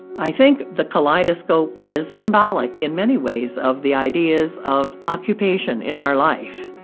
i think the kaleidoscope is symbolic, in many ways, of the ideas of occupation in our life.